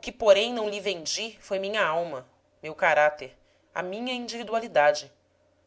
que porém não lhe vendi foi minha alma meu caráter a minha individualidade